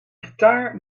gitaar